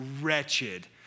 wretched